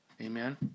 amen